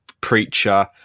Preacher